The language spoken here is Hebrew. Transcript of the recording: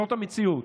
זאת המציאות.